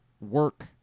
work